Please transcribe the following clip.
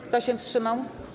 Kto się wstrzymał?